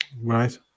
Right